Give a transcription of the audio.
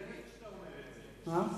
כשאתה עושה וידוי,